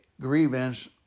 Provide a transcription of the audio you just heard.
grievance